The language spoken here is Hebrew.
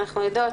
אנחנו יודעות,